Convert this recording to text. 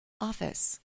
office